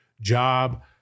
job